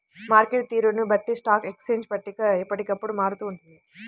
market తీరును బట్టి stock exchange పట్టిక ఎప్పటికప్పుడు మారుతూ ఉంటుంది